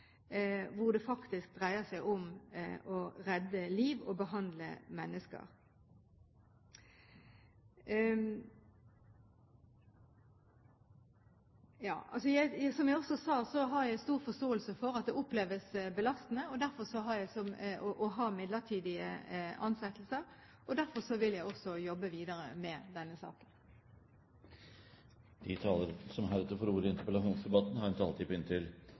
hvor det faktisk dreier seg om å redde liv og behandle mennesker. Som jeg også sa, har jeg stor forståelse for at det oppleves belastende å ha midlertidige ansettelser. Derfor vil jeg også jobbe videre med denne saken. Interpellanten tar opp et stort problem som han selv presiserer ikke er det gode arbeidsliv. Det er jeg helt enig i.